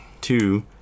two